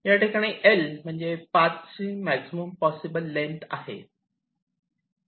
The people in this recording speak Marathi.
याठिकाणी L म्हणजे पाथ ची मॅक्झिमम पॉसिबल लेन्थ आहे